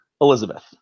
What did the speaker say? Elizabeth